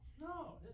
No